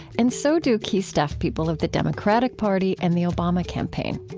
and so do key staff people of the democratic party and the obama campaign.